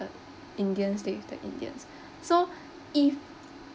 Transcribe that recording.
indians stay with the indians so if